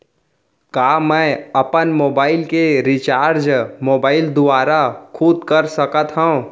का मैं अपन मोबाइल के रिचार्ज मोबाइल दुवारा खुद कर सकत हव?